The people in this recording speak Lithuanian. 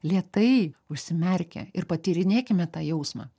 lėtai užsimerkę ir patyrinėkime tą jausmą